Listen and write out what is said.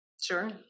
Sure